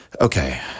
Okay